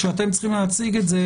כשאתם צריכים להציג את זה,